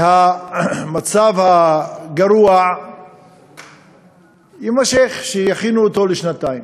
שהמצב הגרוע יימשך, שיכינו אותו לשנתיים.